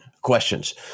questions